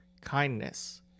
kindness